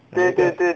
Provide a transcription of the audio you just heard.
哪一个